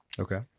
Okay